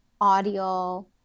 audio